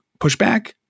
pushback